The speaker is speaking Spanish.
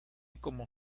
como